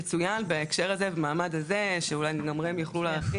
יצוין בהקשר הזה אולי רמ"י גם יוכלו להרחיב